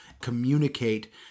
communicate